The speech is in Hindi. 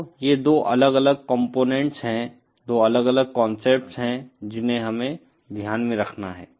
तो ये 2 अलग अलग कंपोनेंट्स हैं 2 अलग अलग कॉन्सेप्ट्स हैं जिन्हें हमें ध्यान में रखना है